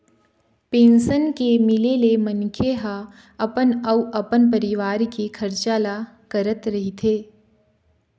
pension के मिले ले मनखे ह अपन अउ अपन परिवार के खरचा ल करत रहिथे